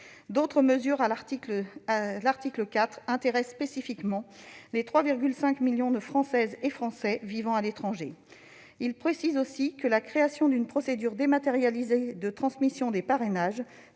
D'autres mesures figurant à l'article 4 intéressent spécifiquement les 3,5 millions de Françaises et de Français vivant à l'étranger. Le projet de loi organique précise aussi que la création d'une procédure dématérialisée de transmission des parrainages